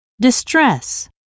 distress